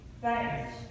Thanks